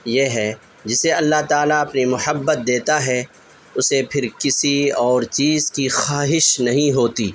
یہ ہے جسے اللہ تعالی اپنی محبت دیتا ہے اسے پھر کسی اور چیز کی خواہش نہیں ہوتی